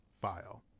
file